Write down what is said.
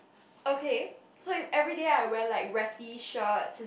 okay so if everyday I wear like ratty shirts and